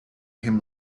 him